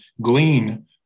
glean